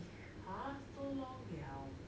!huh! so long liao